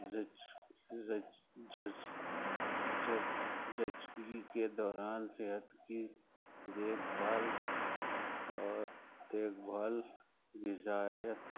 جی زچکی کے دوران صحت کی دیکھ بھال اور دیکھ بھال غذائیت